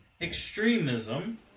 extremism